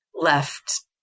left